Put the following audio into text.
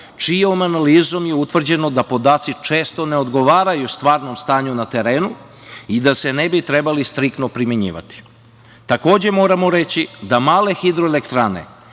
čijom analizom je utvrđeno da podaci često ne odgovaraju stvarnom stanju na terenu i da se ne bi trebali striktno primenjivati. Takođe, moramo reći da male hidroelektrane